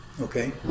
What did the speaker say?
Okay